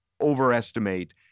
overestimate